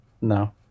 No